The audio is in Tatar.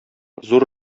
зур